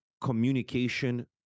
communication